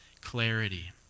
clarity